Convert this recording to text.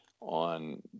on